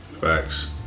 facts